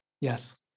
Yes